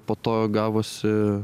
po to gavosi